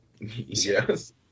Yes